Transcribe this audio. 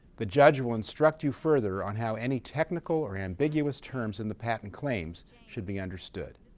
the judge will instruct you further on how any technical or ambiguous terms in the patent claims should be understood.